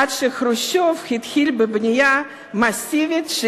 עד שחרושצ'וב התחיל בבנייה מסיבית של